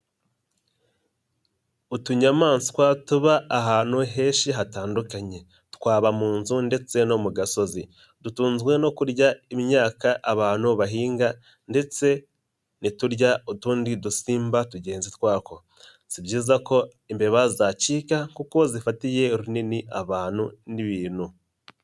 Utunyamaswa tuba ahantu henshi hatandukanye. Twaba mu nzu ndetse no mu gasozi. Dutunzwe no kurya imyaka abantu bahinga ndetse ntiturya utundi dusimba tugenzi twako. Si byiza ko imbeba zacika kuko zifatiye runini abantu n'ibintu.